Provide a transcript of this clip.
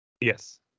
Yes